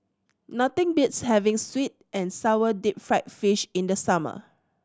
nothing beats having sweet and sour deep fried fish in the summer